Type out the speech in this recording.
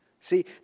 See